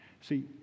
See